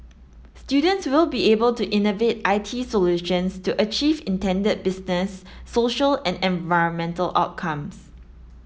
students will be able to innovate I T solutions to achieve intended business social and environmental outcomes